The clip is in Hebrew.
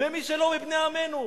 למי שלא מבני עמנו.